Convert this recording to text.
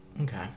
Okay